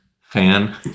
fan